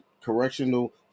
correctional